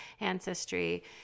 ancestry